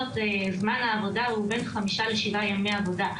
זמן העבודה הוא בין 5 ל-7 ימי עבודה,